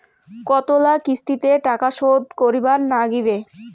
কতোলা কিস্তিতে টাকা শোধ করিবার নাগীবে?